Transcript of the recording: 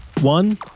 One